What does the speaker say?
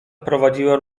wprowadziła